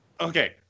okay